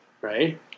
right